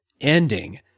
ending